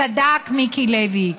צדק מיקי לוי: